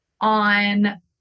on